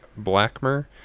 Blackmer